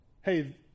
hey